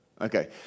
Okay